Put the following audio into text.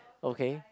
okay